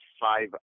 five